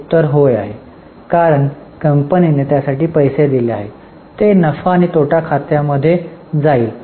उत्तर होय आहे कारण कंपनीने त्यासाठी पैसे दिले आहेत ते नफा आणि तोटा खात्यामध्ये जाईल